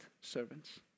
servants